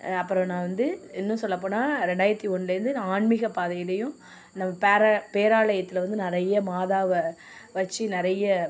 அப்புறம் நான் வந்து இன்னும் சொல்ல போனால் ரெண்டாயிரத்தி ஒன்றுலேருந்து நான் ஆன்மீக பாதையிலேயும் நம்ம பேராலயத்தில் வந்து நிறைய மாதாவை வச்சு நிறைய